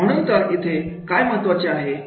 म्हणून तर येथे काय महत्त्वाचे आहे